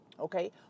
okay